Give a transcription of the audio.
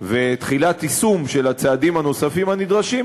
ותחילת יישום של הצעדים הנוספים הנדרשים,